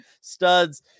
Studs